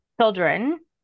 children